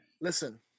Listen